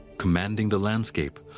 commanding the landscape,